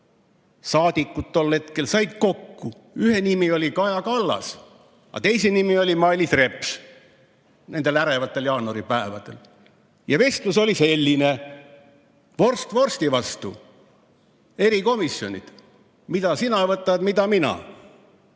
rahvasaadikud, said kokku – ühe nimi oli Kaja Kallas ja teise nimi oli Mailis Reps – nendel ärevatel jaanuaripäevadel ja vestlus oli selline: vorst vorsti vastu. Erikomisjonid – mida sina võtad, mida mina?